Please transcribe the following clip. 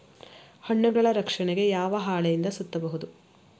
ಹಣ್ಣುಗಳ ರಕ್ಷಣೆಗೆ ಯಾವ ಹಾಳೆಯಿಂದ ಸುತ್ತಬಹುದು?